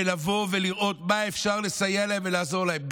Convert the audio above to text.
לבוא ולראות במה אפשר לסייע להם ולעזור להם,